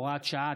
הוראת שעה),